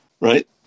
right